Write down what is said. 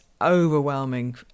overwhelming